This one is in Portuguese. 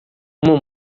uma